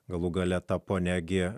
galų gale ta ponia gi